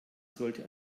sollte